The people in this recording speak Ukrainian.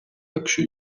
якщо